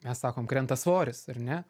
mes sakom krenta svoris ar ne